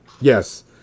Yes